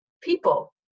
people